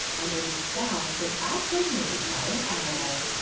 and believes the sound was actually made by an animal.